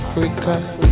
Africa